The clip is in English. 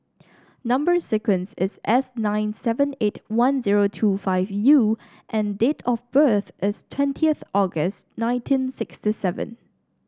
number sequence is S nine seven eight one zero two five U and date of birth is twentieth August nineteen sixty seven